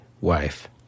wife